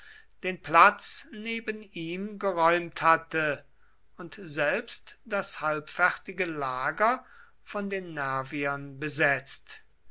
den platz neben ihm geräumt hatte und selbst das halbfertige lager von den nerviern besetzt